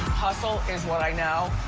hustle is what i know.